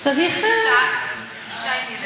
אישה עם ילדים,